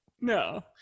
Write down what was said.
No